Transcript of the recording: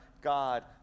God